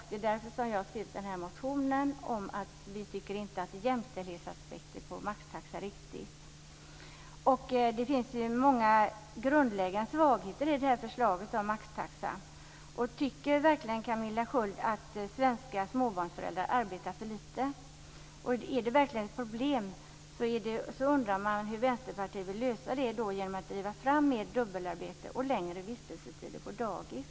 Det är därför som jag har skrivit motionen om att vi inte tycker att jämställdhetsaspekter på maxtaxa är riktigt. Det finns många grundläggande svagheter i förslaget om maxtaxa. Tycker verkligen Camilla Sköld Jansson att svenska småbarnsföräldrar arbetar för lite? Är det verkligen ett problem undrar man hur Vänsterpartiet vill lösa det genom driva fram mer dubbelarbete och längre vistelsetider på dagis.